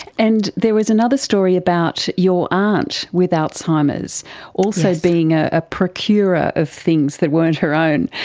and there was another story about your aunt with alzheimer's also being a ah procurer of things that weren't her own.